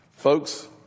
Folks